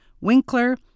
Winkler